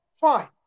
Fine